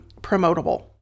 promotable